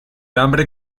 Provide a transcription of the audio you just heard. hambre